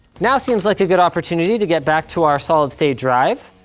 now seems like a good opportunity to get back to our solid state drive.